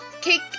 Kick